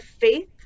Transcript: faith